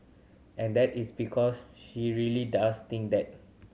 and that is because she really does think that